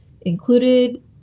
included